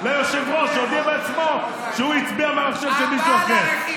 הודעתי ליושב-ראש בעצמי, והגברת ראתה את זה.